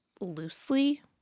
loosely